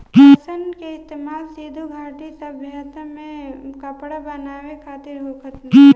पटसन के इस्तेमाल सिंधु घाटी सभ्यता में कपड़ा बनावे खातिर होखत रहे